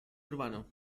urbano